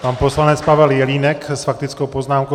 Pan poslanec Pavel Jelínek s faktickou poznámkou.